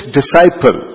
disciple